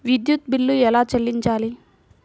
విద్యుత్ బిల్ ఎలా చెల్లించాలి?